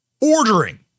ordering